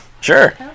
Sure